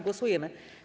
Głosujemy.